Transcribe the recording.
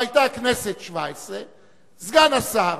והיתה הכנסת השבע-עשרה, סגן השר